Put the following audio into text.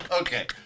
Okay